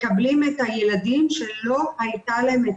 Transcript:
מקבלים את הילדים שלא הייתה להם את